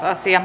asia